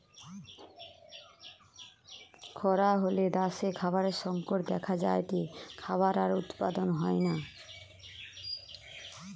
খরা হলে দ্যাশে খাবারের সংকট দেখা যায়টে, খাবার আর উৎপাদন হয়না